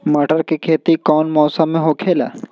मटर के खेती कौन मौसम में होखेला?